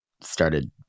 started